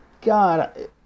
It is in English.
God